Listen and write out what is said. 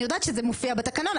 אני יודעת שזה מופיע בתקנון,